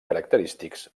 característics